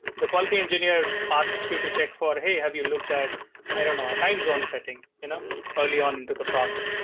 the quality engineer asks you to check for, hey, have you looked at i don't know, a time zone setting you know early on into the process.